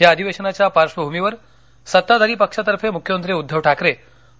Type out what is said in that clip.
या अधिवेशनाच्या पार्श्वभूमीवर सत्ताधारी पक्षातर्फे मुख्यमंत्री उद्धव ठाकरे